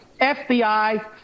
FBI